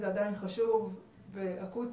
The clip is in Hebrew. זה עדיין חשוב ואקוטי.